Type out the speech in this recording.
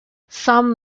some